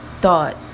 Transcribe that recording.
thought